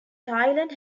thailand